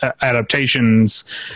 adaptations